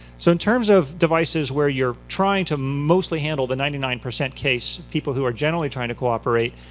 so in terms of devices where you're trying to mostly handle the ninety nine percent case, people who are generally trying to cooperate,